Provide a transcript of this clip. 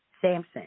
Samson